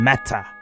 Matter